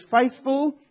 faithful